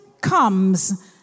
comes